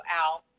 out